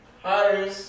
Hi